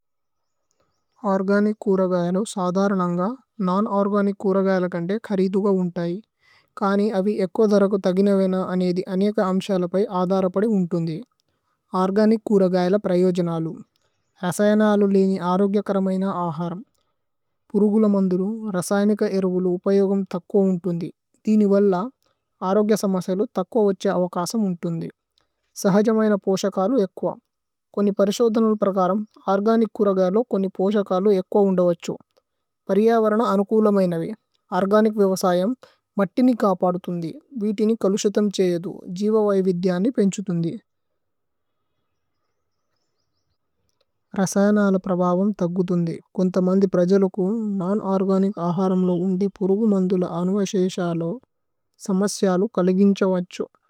Organic കുരഗയേലു സാദര്നന്ഗ നോന് ഓര്ഗനിച്। കുരഗയേലു കന്തേ ഖരിദുഗ ഉന്തൈ കനി അവി। ഏക്വ ധരകു തഗിനവേന അനേദി അനേക അമ്സേല। പയി ആദരപദി ഉന്തുന്ദി ഓര്ഗനിച് കുരഗയേല। പ്രയോജനലു രസയനലു ലേനി അരോഗ്യകരമൈന। ആഹരമ് പുരുഗുല മന്ദുലു രസയനിക ഏരുവുലു। ഉപയോഗമ് ഥക്കോ ഉന്തുന്ദി ഥിനി വല്ല അരോഗ്യ। സമസയേലു ഥക്കോ വഛ അവകസമ് ഉന്തുന്ദി। സഹജമൈന പോസകലു ഏക്വ കോനി പരിശോധനലു। പ്രകരമ് ഓര്ഗനിച് കുരഗയേലു കോനി പോസകലു। ഏക്വ ഉന്ദവഛു പരിയവരന അനുകൂലമൈനവി। ഓര്ഗനിച് വിവസയമ് മത്തിനി കാപദുഥുന്ദി। വീതിനി കലുശിഥമ് ഛേയേദു ജീവവയു। വിധ്യനി പേന്ഛുഥുന്ദി രസയനല പ്രബവമ്। ഥഗുഥുന്ദി കോന്ത മന്ദി പ്രജലുകു നോന്। ഓര്ഗനിച് ആഹരമ്ലു ഉന്ദി പുരുഗുമന്ദുല। അന്വസേശലു സമസ്യലു കലിഗിന്ഛവഛു।